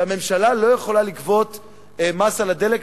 שהממשלה לא יכולה לגבות מס על הדלק